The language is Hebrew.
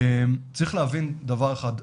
צריך להבין דבר אחד,